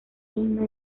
himno